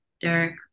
Derek